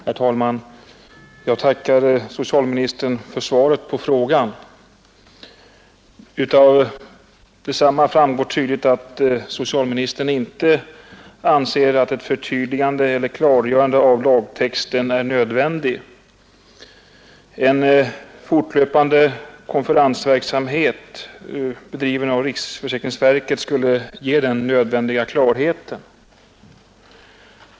Herr talman! Jag tackar socialministern Aspling för svaret på min fråga. Av detsamma framgår tydligt att socialministern inte anser att ett förtydligande eller klargörande av lagtexten är nödvändigt. En fortlöpande konferensverksamhet, bedriven av riksförsäkringsverket, skulle ge den nödvändiga klarheten.